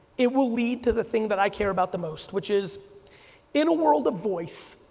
it will lead to the thing that i care about the most which is in a world of voice,